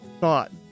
thought